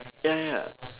ya ya